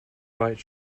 right